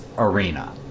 arena